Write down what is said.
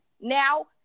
now